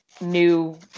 new